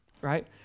right